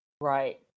Right